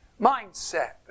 mindset